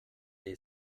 they